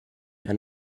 and